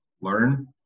learn